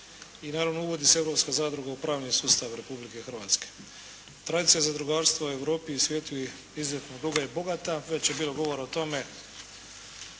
i naravno uvodi se europska zadruga u pravni sustav Republike Hrvatske. Tradicija zadrugarstva u Europi i svijetu je izuzetno duga i bogata. Već je bilo govora o tome,